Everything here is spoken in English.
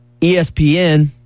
ESPN